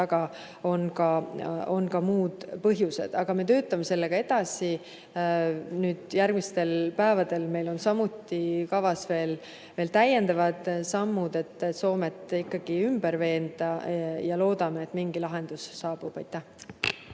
taga on ka muud põhjused. Aga me töötame sellega edasi. Järgmistel päevadel on meil samuti kavas veel täiendavad sammud, et Soomet ikkagi ümber veenda. Loodame, et mingi lahendus saabub.